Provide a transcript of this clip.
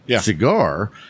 cigar